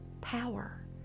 power